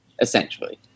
essentially